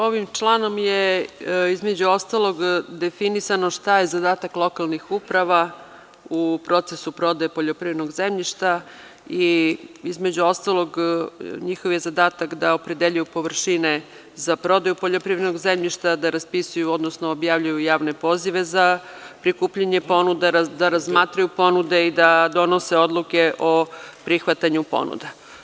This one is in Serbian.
Ovim članom je između ostalog definisano šta je zadatak lokalnih samouprava u procesu prodaje poljoprivrednog zemljišta i između ostalog njihov je zadata da opredeljuju površine za prodaju poljoprivrednog zemljišta, da raspisuju, odnosno objavljuju javne pozive za prikupljanje ponuda, da razmatraju ponude i da donose odluke o prihvatanju ponuda.